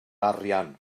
arian